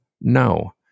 No